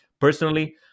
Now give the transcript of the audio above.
Personally